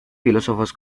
filósofos